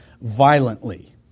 violently